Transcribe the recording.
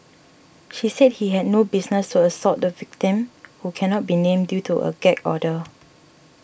she said he had no business to assault the victim who can not be named due to a gag order